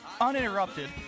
uninterrupted